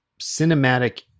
cinematic